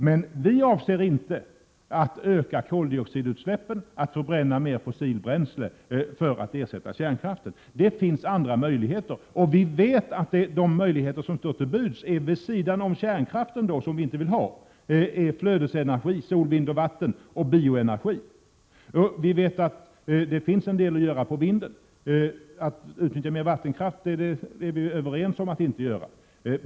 Men vi avser inte att utöka koldioxidutsläppen, att förbränna mer fossilt bränsle för att ersätta kärnkraften. Det finns andra möjligheter. De möjligheter som står till buds, vid sidan Y Vi vet att det finns en del att göra när det gäller vindkraften, och vi är överens om att inte utnyttja mer vattenkraft.